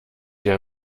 der